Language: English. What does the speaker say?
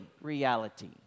reality